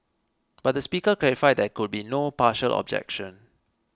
but the Speaker clarified that there could be no partial objection